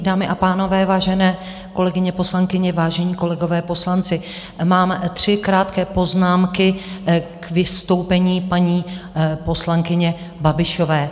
Dámy a pánové, vážené kolegyně poslankyně, vážení kolegové poslanci, mám tři krátké poznámky k vystoupení paní poslankyně Babišové.